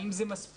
האם זה מספיק,